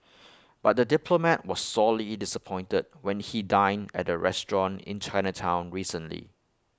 but the diplomat was sorely disappointed when he dined at the restaurant in Chinatown recently